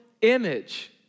image